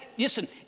Listen